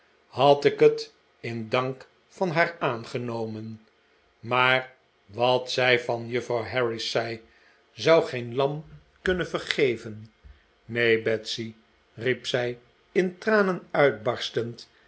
had ik het in dank van haar aangenomen maar wat zij van juffrouw harris zei zou geen lam kunnen vergeven neen betsy riep zij in tranen uitbarstend